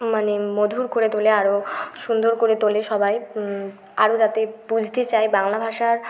মানে মধুর করে তোলে আরো সুন্দর করে তোলে সবাই আরো যাতে বুঝতে চায় বাংলা ভাষার